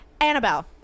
Annabelle